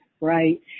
Right